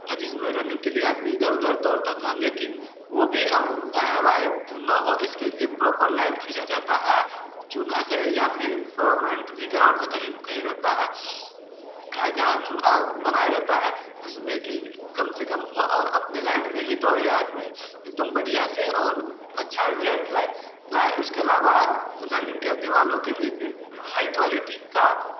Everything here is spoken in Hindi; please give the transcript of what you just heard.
जिसमें रनिंग के लिए आदमी इधर उधर दौड़ता था लेकिन वो भी अब दायाँ बायाँ ढूँढना हो इसके लिए प्रॉपर लाइन खींचा जाता है चुना से या फिर परमानेंट ग्राउंड कहीं कहीं रहता है है जहाँ अ बनाया जाता है जिसमें कि कम से कम हो और अपने लाइन में ही दोड़े आदमी एकदम बढ़िया से और अच्छा रिज़ल्ट लाए उसके अलावा रनिंग करने वालों के लिए भी हाई क्वालिटी का